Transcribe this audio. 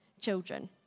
children